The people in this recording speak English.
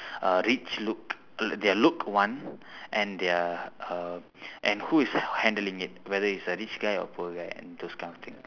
uh rich look their look one and their uh and who is handling it whether it's a rich guy or poor guy and those kind of thing